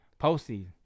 Postseason